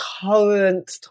current